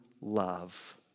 love